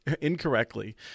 incorrectly